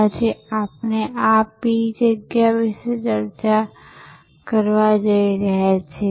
આજે આપણે આ P જગ્યા વિશે ચર્ચા કરવા જઈ રહ્યા છીએ